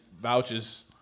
vouchers